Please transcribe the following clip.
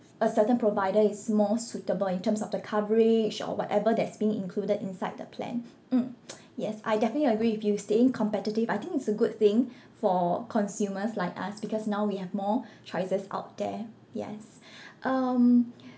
a certain provider is more suitable in terms of the coverage or whatever that's being included inside the plan mm yes I definitely agree with you staying competitive I think it's a good thing for consumers like us because now we have more choices out there yes um